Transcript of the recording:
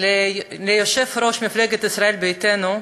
ליושב-ראש ישראל ביתנו,